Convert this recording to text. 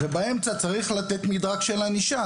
באמצע צריך לתת מדרג של ענישה,